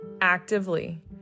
actively